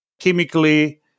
chemically